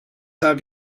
have